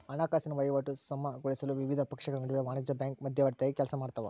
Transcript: ಹಣಕಾಸಿನ ವಹಿವಾಟು ಸುಗಮಗೊಳಿಸಲು ವಿವಿಧ ಪಕ್ಷಗಳ ನಡುವೆ ವಾಣಿಜ್ಯ ಬ್ಯಾಂಕು ಮಧ್ಯವರ್ತಿಯಾಗಿ ಕೆಲಸಮಾಡ್ತವ